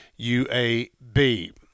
UAB